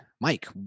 Mike